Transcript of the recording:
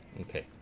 okay